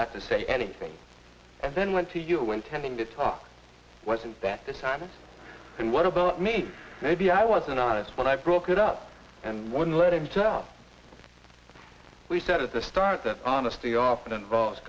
not to say anything and then went to you intending to talk wasn't that the time and what about me maybe i wasn't honest when i broke it up and wouldn't let him so we said at the start that honesty often involves